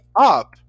up